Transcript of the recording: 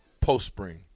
post-spring